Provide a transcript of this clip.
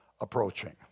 approaching